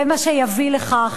זה מה שיביא לכך